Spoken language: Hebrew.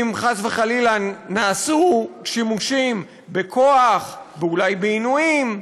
אם חס וחלילה נעשו שימושים בכוח, ואולי בעינויים.